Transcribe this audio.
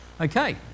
Okay